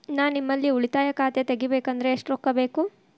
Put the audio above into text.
ನಾ ನಿಮ್ಮಲ್ಲಿ ಉಳಿತಾಯ ಖಾತೆ ತೆಗಿಬೇಕಂದ್ರ ಎಷ್ಟು ರೊಕ್ಕ ಬೇಕು?